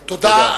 תודה.